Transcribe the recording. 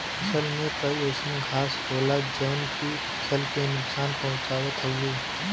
फसल में कई अइसन घास होला जौन की फसल के नुकसान पहुँचावत हउवे